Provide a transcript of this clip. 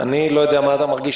אני לא יודע מה אתה מרגיש.